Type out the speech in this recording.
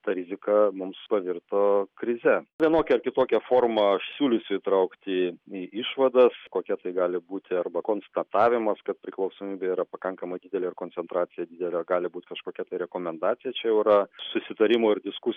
ta rizika mums pavirto krize vienokia ar kitokia forma aš siūlysiu įtraukti į išvadas kokia tai gali būti arba konstatavimas kad priklausomybė yra pakankamai didelė ir koncentracija didelė gali būti kažkokia rekomendacija čia jau yra susitarimų ir diskusijų